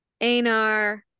Anar